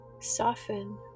Soften